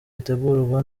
ritegurwa